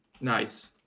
Nice